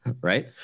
right